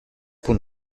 pour